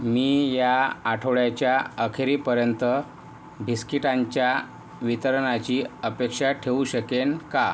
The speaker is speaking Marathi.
मी या आठवड्याच्या अखेरीपर्यंत बिस्किटांच्या वितरणाची अपेक्षा ठेवू शकेन का